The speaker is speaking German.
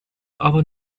aber